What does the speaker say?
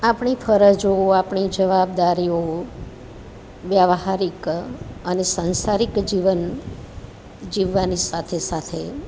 આપણી ફરજો આપણી જવાબદારીઓ વ્યાવહારિક અને સાંસારિક જીવન જીવવાની સાથે સાથે